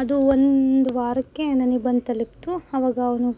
ಅದು ಒಂದು ವಾರಕ್ಕೆ ನನಗೆ ಬಂದು ತಲುಪಿತು ಅವಾಗ ಅವನು